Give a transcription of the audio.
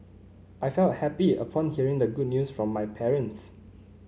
I felt happy upon hearing the good news from my parents